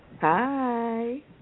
Hi